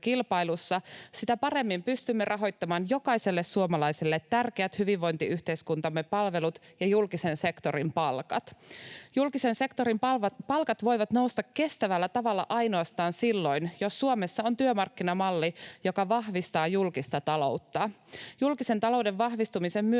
sitä paremmin pystymme rahoittamaan jokaiselle suomalaiselle tärkeät hyvinvointiyhteiskuntamme palvelut ja julkisen sektorin palkat. Julkisen sektorin palkat voivat nousta kestävällä tavalla ainoastaan silloin, jos Suomessa on työmarkkinamalli, joka vahvistaa julkista taloutta. Julkisen talouden vahvistumisen myötä